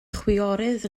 chwiorydd